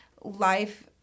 life